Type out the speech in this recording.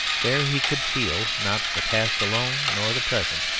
there he could feel not the past alone nor the present,